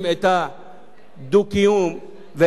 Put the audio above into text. קיומו של הממסד הדתי בכלל במדינת ישראל,